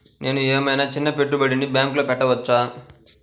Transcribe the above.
నేను ఏమయినా చిన్న పెట్టుబడిని బ్యాంక్లో పెట్టచ్చా?